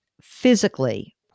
physically